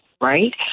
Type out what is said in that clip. Right